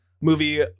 movie